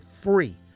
free